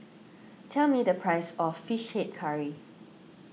tell me the price of Fish Head Curry